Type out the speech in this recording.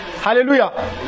Hallelujah